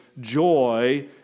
joy